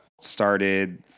started